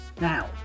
Now